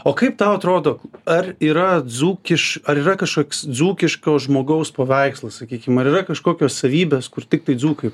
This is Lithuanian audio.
o kaip tau atrodo ar yra dzūkiš ar yra kažkoks dzūkiško žmogaus paveikslas sakykim ar yra kažkokios savybės kur tiktai dzūkai